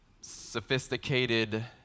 sophisticated